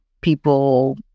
people